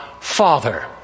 Father